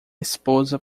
esposa